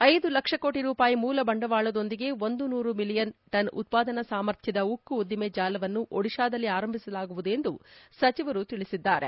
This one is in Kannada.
ಐದು ಲಕ್ಷ ಕೋಟಿ ರೂಪಾಯಿ ಮೂಲ ಬಂಡವಾಳದೊಂದಿಗೆ ಒಂದು ನೂರು ಮಿಲಿಯನ್ ಟನ್ ಉತ್ಪಾದನಾ ಸಾಮರ್ಥ್ಯದ ಉಕ್ಕು ಉದ್ದಿಮೆ ಜಾಲವನ್ನು ಒದಿಶಾದಲ್ಲಿ ಆರಂಭಿಸಲಾಗುವುದು ಎಂದರು ಸಚಿವರು ತಿಳಿಸಿದ್ದಾರೆ